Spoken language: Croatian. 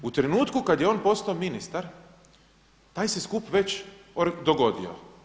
U trenutku kada je on postao ministar taj se skup već dogodio.